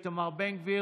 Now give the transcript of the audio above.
איתמר בן גביר,